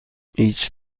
هیچ